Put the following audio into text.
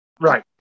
right